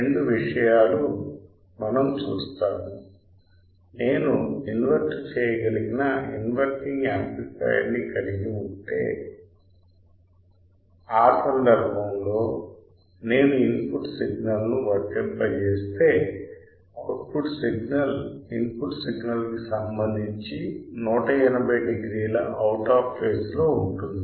రెండు విషయాలు మనం చూస్తాము నేను ఇన్వర్ట్ చేయగలిగిన ఇన్వర్టింగ్ యాంప్లిఫయర్ ని కలిగి ఉంటే ఆ సందర్భంలో నేను ఇన్పుట్ సిగ్నల్ను వర్తింపజేస్తే అవుట్పుట్ సిగ్నల్ ఇన్పుట్ సిగ్నల్ కి సంబంధించి 180 డిగ్రీల అవుట్ ఆఫ్ ఫేజ్ లో ఉంటుంది